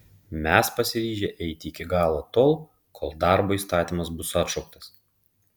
mes pasiryžę eiti iki galo tol kol darbo įstatymas bus atšauktas